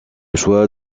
choix